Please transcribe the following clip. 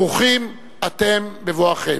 ברוכים אתם בבואכם.